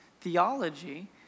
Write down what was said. theology